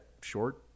short